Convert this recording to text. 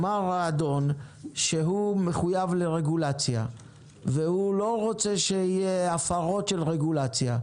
אמר האדון שהוא מחויב לרגולציה והוא לא רוצה שיהיו הפרות של רגולציה,